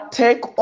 take